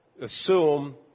assume